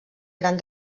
gran